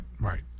Right